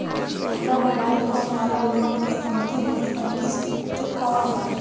हमार mobile phone वाला loan के अंतिम महिना किश्त कौन बा?